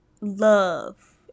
love